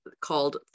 called